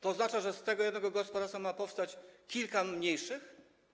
To oznacza, że z tego jednego gospodarstwa ma powstać kilka mniejszych?